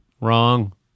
Wrong